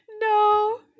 no